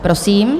Prosím.